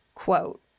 Quote